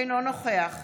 אינו נוכח